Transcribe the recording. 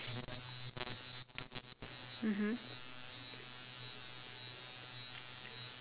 mmhmm